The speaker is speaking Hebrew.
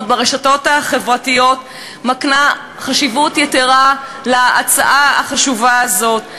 ברשתות החברתיות מקנה חשיבות יתרה להצעה החשובה הזאת.